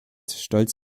stolz